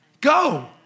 go